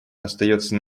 остается